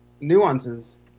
nuances